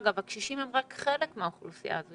אגב הקשישים הם רק חלק מהאוכלוסייה הזו,